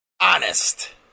honest